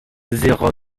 zéro